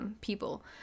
people